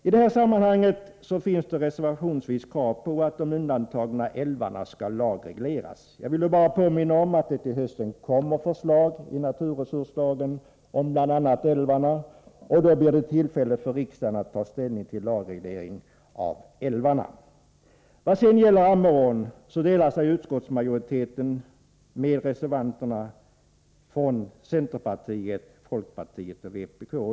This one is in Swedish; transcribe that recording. I detta sammanhang finns det reservationsvis framförda krav på att de undantagna älvarna skall lagregleras. Jag vill då bara påminna om att det till hösten i samband med naturresurslagen kommer att framläggas förslag om bl.a. älvarna och att det då blir tillfälle för riksdagen att ta ställning till denna lagreglering. Vad sedan gäller Ammerån delar sig också utskottsmajoriteten med reservanterna från centerpartiet, folkpartiet och vpk.